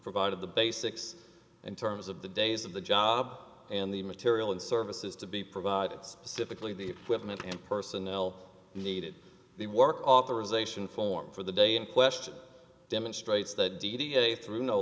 provided the basics in terms of the days of the job and the material and services to be provided specifically the equipment and personnel needed the work authorization form for the day in question demonstrates that d d a through no